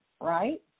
right